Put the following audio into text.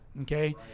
Okay